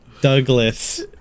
douglas